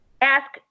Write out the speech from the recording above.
ask